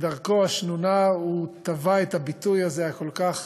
כדרכו השנונה הוא טבע את הביטוי הזה, הכל-כך